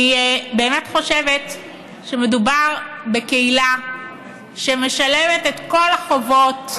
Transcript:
אני חושבת שמדובר בקהילה שמשלמת את כל החובות,